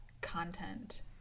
content